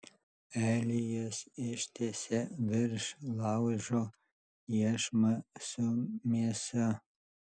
elijas ištiesia virš laužo iešmą su mėsa